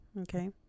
Okay